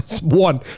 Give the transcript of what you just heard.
One